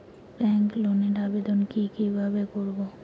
Bank লোনের আবেদন কি কিভাবে করব?